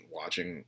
watching